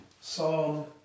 Psalm